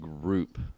group